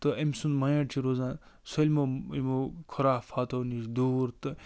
تہٕ أمۍ سُنٛد مایِنٛڈ چھُ روزان سٲلمو یِمو خُرافاتو نِش دوٗر تہٕ